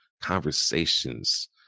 conversations